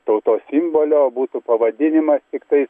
tautos simbolio o būtų pavadinimas tiktai